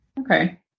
Okay